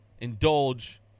indulge